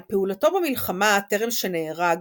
על פעולתו במלחמה טרם שנהרג,